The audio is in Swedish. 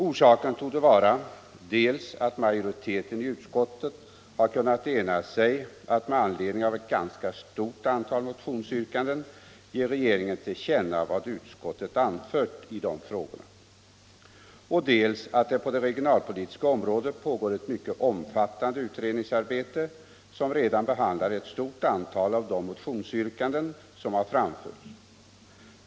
Orsaken torde vara dels att majoriteten i utskottet har kunnat ena sig om att med anledning av ett ganska stort antal motionsyrkanden ge regeringen till känna vad utskottet anfört i de frågorna, dels att det på det regionalpolitiska området pågår ett mycket omfattande utredningsarbete, som redan behandlar ett stort antal av de motionsyrkanden som har framförts.